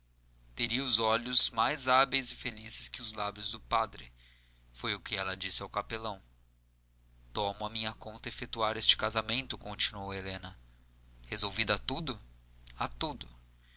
teria os olhos mais hábeis e felizes que os lábios do padre foi o que ela disse ao capelão tomo à minha conta efetuar este casamento continuou helena resolvida a tudo